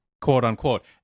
quote-unquote